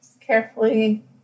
carefully